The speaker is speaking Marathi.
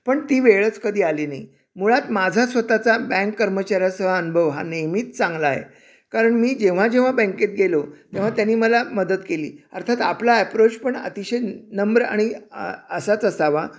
पण ती वेळच कधी आली नाही मुळात माझा स्वतःचा बँक कर्मचाऱ्याचा हा अनुभव हा नेहमीच चांगला आहे कारण मी जेव्हा जेव्हा बँकेत गेलो तेव्हा त्यांनी मला मदत केली अर्थात आपला ॲप्रोच पण अतिशय नम्र आणि असाच असावा